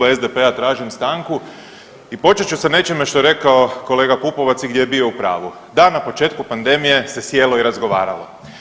U ime SDP-a tražim stanku i počet su sa nečim što je rekao kolega Pupovac i gdje je bio u pravu, da na početku pandemije se sjelo i razgovaralo.